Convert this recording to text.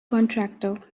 contractor